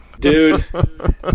Dude